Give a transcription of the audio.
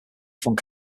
funk